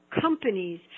companies